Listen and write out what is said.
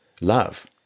Love